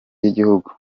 yigihugu